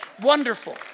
Wonderful